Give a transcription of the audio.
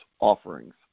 offerings